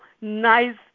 nice